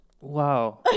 Wow